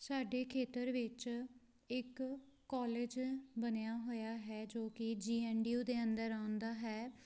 ਸਾਡੇ ਖੇਤਰ ਵਿੱਚ ਇੱਕ ਕਾਲਜ ਬਣਿਆ ਹੋਇਆ ਹੈ ਜੋ ਕਿ ਜੀ ਐਨ ਡੀ ਯੂ ਦੇ ਅੰਦਰ ਆਉਂਦਾ ਹੈ